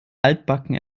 altbacken